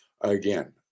Again